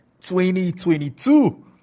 2022